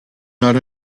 not